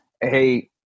Hey